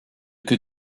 que